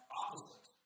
opposite